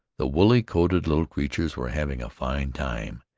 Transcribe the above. the woolly-coated little creatures were having a fine time,